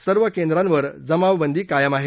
सर्व केंद्रांवर जमावबंदी कायम आहे